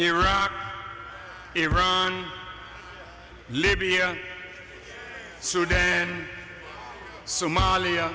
iraq iran libya sudan somalia